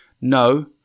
no